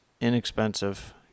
inexpensive